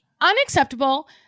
unacceptable